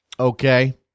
Okay